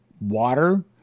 water